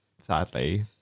sadly